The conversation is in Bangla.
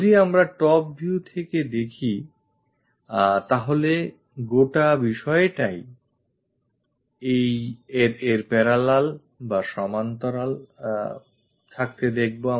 যদি আমরা top view থেকে দেখি তাহলে গোটা বিষয়টাই এর parallel বা সমান্তরালে থাকতে দেখবো